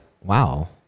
Wow